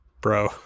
bro